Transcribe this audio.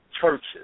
churches